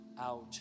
out